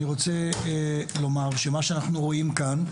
אני רוצה לומר שמה שאנחנו רואים כאן,